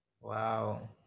Wow